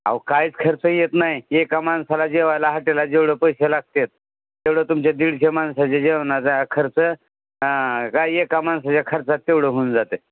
अहो कायच खर्च येत नाही एका माणसाला जेवायला हाटेलात जेवढं पैसे लागते तेवढं तुमच्या दीडशे माणसाच्या जेवणाचा खर्च काय एका माणसाच्या खर्चात तेवढं होऊन जातं आहे